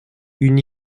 une